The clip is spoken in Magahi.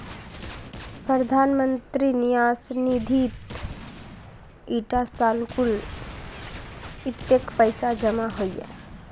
प्रधानमंत्री न्यास निधित इटा साल कुल कत्तेक पैसा जमा होइए?